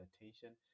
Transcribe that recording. attention